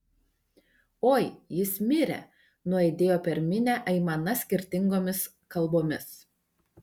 oi jis mirė nuaidėjo per minią aimana skirtingomis kalbomis